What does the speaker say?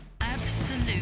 Absolute